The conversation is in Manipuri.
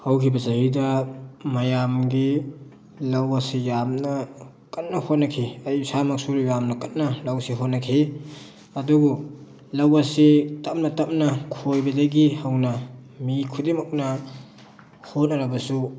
ꯍꯧꯈꯤꯕ ꯆꯍꯤꯗ ꯃꯌꯥꯝꯒꯤ ꯂꯧ ꯑꯁꯤ ꯌꯥꯝꯅ ꯀꯟꯅ ꯍꯣꯠꯅꯈꯤ ꯑꯩ ꯏꯁꯥꯃꯛꯁꯨ ꯌꯥꯝꯅ ꯀꯟꯅ ꯂꯧꯁꯤ ꯍꯣꯠꯅꯈꯤ ꯑꯗꯨꯕꯨ ꯂꯧ ꯑꯁꯤ ꯇꯞꯅ ꯇꯞꯅ ꯈꯣꯏꯕꯗꯒꯤ ꯍꯧꯅ ꯃꯤ ꯈꯨꯗꯤꯡꯃꯛꯅ ꯍꯣꯠꯅꯔꯕꯁꯨ